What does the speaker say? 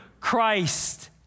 Christ